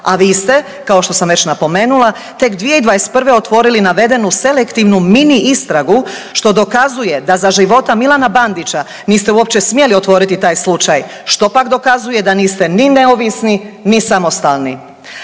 a vi ste kao što sam već napomenula tek 2021. otvorili navedenu selektivnu mini istragu, što dokazuje da za života Milana Bandića niste uopće smjeli otvoriti taj slučaj, što pak dokazuje da niste ni neovisni ni samostalni.